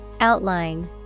Outline